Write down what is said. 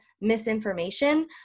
misinformation